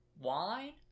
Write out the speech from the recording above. Wine